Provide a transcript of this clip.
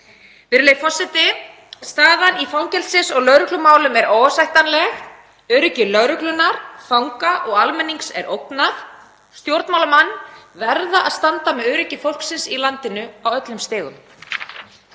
Virðulegi forseti. Staðan í fangelsis- og lögreglumálum er óásættanleg. Öryggi lögreglunnar, fanga og almennings er ógnað. Stjórnmálamenn verða að standa með öryggi fólksins í landinu á öllum stigum.